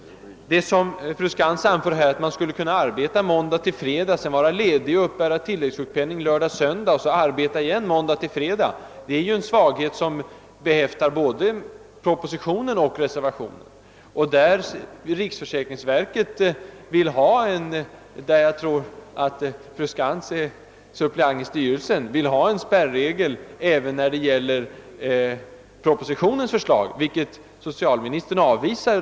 Fru Skantz menade vidare att man skulle kunna arbeta från måndag till fredag och sedan vara ledig och uppbära tilläggssjukpenning över lördag och söndag för att sedan arbeta igen måndag till fredag. Detta är emellertid en svaghet som behäftar både propositionen och reservationen I. Riksförsäkringsverket — i vars styrelse såvitt jag vet fru Skantz är suppleant — vill i detta avseende införa en spärregel även beträffande propositionens förslag, vilken dock socialministern avvisar.